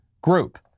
group